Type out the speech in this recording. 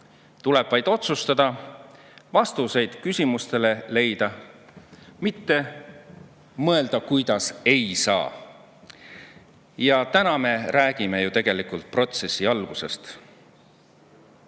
Tuleb vaid otsustada ja leida vastused küsimustele, mitte mõelda, miks ei saa. Ja täna me räägime ju tegelikult protsessi algusest. Vene